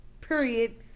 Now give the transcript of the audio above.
Period